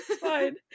fine